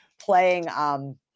playing